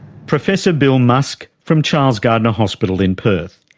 professor bill musk from charles gairdner hospital in perth.